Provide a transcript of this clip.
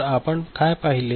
तर आपण काय पाहिले